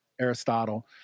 Aristotle